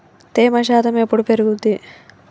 తేమ శాతం ఎప్పుడు పెరుగుద్ది?